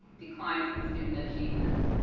declines in student achievement.